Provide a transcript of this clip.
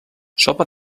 sopa